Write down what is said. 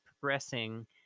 progressing